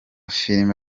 filime